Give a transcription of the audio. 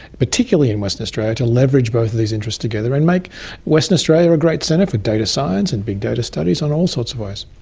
particularly in western australia, to leverage both of these interests together and make western australia a great centre for data science and big data studies in and all sorts of ways.